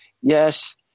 Yes